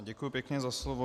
Děkuji pěkně za slovo.